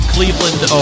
Cleveland